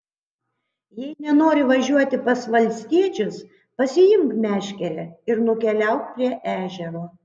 jei nenori važiuoti pas valstiečius pasiimk meškerę ir nukeliauk prie ežero